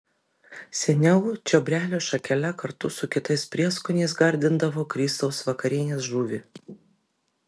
seniau čiobrelio šakele kartu su kitais prieskoniais gardindavo kristaus vakarienės žuvį